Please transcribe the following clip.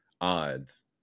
odds